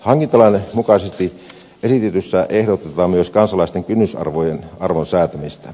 hankintalain mukaisesti esityksessä ehdotetaan myös kansallisen kynnysarvon säätämistä